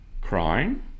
crying